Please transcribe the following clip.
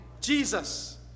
Jesus